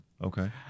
Okay